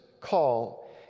call